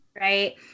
Right